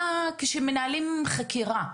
כשמנהלים חקירה,